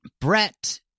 Brett